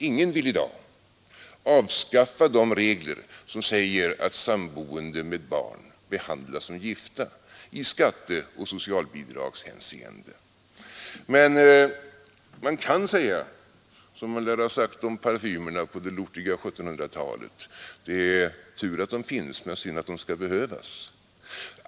Ingen vill i dag avskaffa de regler som säger att sammanboende med barn behandlas som gifta i skatteoch socialbidragshänseende, men man kan säga som man lär ha sagt om parfymerna på det lortiga 1700-talet: Det är tur att de finns men det är synd att de skall behövas.